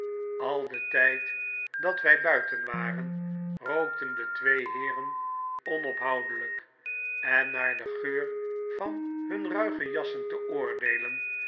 al den tijd dat wij buiten waren rookten de twee heeren onophoudelijk en naar den geur van hun ruige jassen te oordeelen